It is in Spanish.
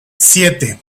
siete